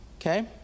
okay